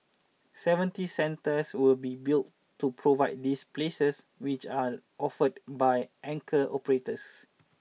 seventy centres will be built to provide these places which are offered by anchor operators